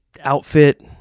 outfit